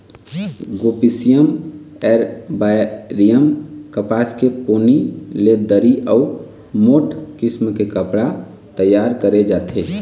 Gossypium arboreum कपसा के पोनी ले दरी अउ मोठ किसम के कपड़ा तइयार करे जाथे